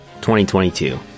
2022